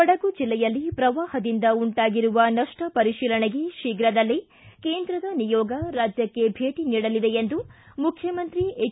ಕೊಡಗು ಜಿಲ್ಲೆಯಲ್ಲಿ ಪ್ರವಾಹದಿಂದ ಉಂಟಾಗಿರುವ ನಷ್ಷ ಪರಿಶೀಲನೆಗೆ ಶೀಘದಲ್ಲೆ ಕೇಂದ್ರದ ನಿಯೋಗ ರಾಜ್ಯಕ್ಷೆ ಭೇಟಿ ನೀಡಲಿದೆ ಎಂದು ಮುಖ್ಯಮಂತ್ರಿ ಹೆಚ್